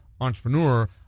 entrepreneur